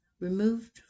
Removed